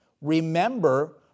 Remember